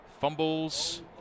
fumbles